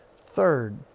Third